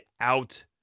out